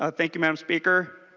ah thank you mme. um speaker.